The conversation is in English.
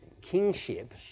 kingship